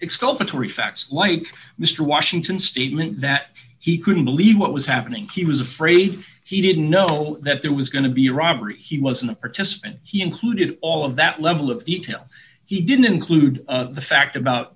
exculpatory facts like mr washington statement that he couldn't believe what was happening he was afraid he didn't know that there was going to be a robbery he wasn't a participant he included all of that level of detail he didn't include the fact about